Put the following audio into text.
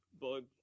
bug